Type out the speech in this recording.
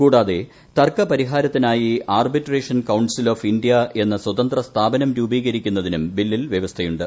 കൂടാതെ തർക്കപരിഹാരത്തിനായി arbitration council of ഇന്ത്യഎന്ന സ്ഥതന്ത്ര സ്ഥാപനം രൂപീകരിക്കുന്നതിനും ബില്ലിൽ വ്യവസ്ഥയുണ്ട്